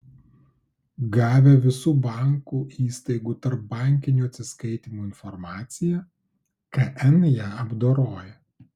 gavę visų bankų įstaigų tarpbankinių atsiskaitymų informaciją kn ją apdoroja